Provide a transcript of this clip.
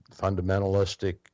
fundamentalistic